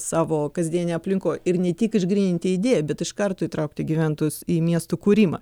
savo kasdienėj aplinkoj ir ne tik išgryninti idėją bet iš karto įtraukti gyventojus į miestų kūrimą